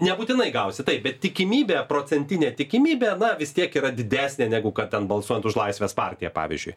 nebūtinai gausi taip bet tikimybė procentinė tikimybė na vis tiek yra didesnė negu kad ten balsuojant už laisvės partiją pavyzdžiui